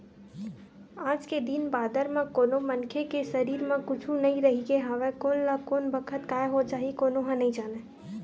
आज के दिन बादर म कोनो मनखे के सरीर म कुछु नइ रहिगे हवय कोन ल कोन बखत काय हो जाही कोनो ह नइ जानय